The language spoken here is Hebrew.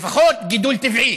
לפחות גידול טבעי.